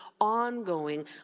ongoing